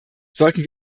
sollten